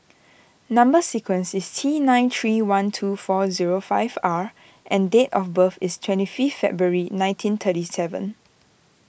Number Sequence is T nine three one two four zero five R and date of birth is twenty fifth February nineteen thirty seven